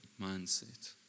mindset